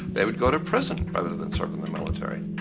they would go to prison rather than serve in the military.